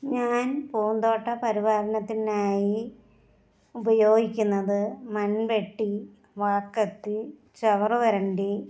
ഞാൻ പൂന്തോട്ട പരിപാലനത്തിനായി ഉപയോഗിക്കുന്നത് മൺവെട്ടി വാക്കത്തി ചവറ് വരണ്ടി